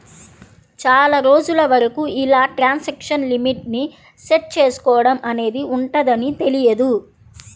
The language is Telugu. చాలా రోజుల వరకు ఇలా ట్రాన్సాక్షన్ లిమిట్ ని సెట్ చేసుకోడం అనేది ఉంటదని తెలియదు